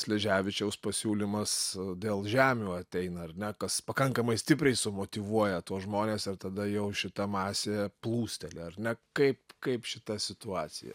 sleževičiaus pasiūlymas dėl žemių ateina ar ne kas pakankamai stipriai sumotyvuoja tuos žmones ir tada jau šita masė plūsteli ar ne kaip kaip šita situacija